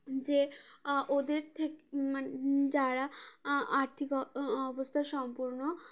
যে ওদের থেকে যারা আর্থিক অবস্থা সম্পূর্ণ